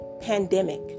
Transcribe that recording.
pandemic